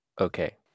Okay